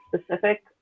specific